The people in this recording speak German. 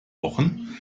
wochen